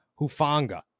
Hufanga